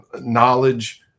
knowledge